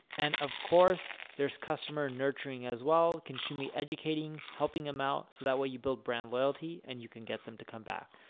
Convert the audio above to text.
and, of course, there's customer nurturing, as well. continually educating, helping them out, so that way you build brand loyalty and you can get them to come back.